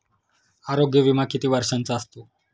आरोग्य विमा किती वर्षांचा असतो?